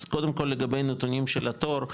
אז קודם כל לגבי הנתונים של התור,